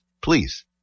Please